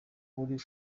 uri